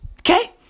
Okay